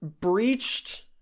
breached